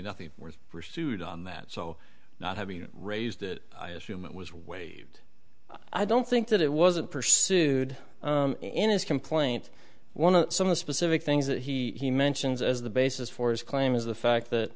nothing was pursued on that so not having raised it i assume it was waived i don't think that it wasn't pursued in his complaint one of some specific things that he he mentions as the basis for his claim is the fact that